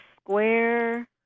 square